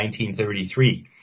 1933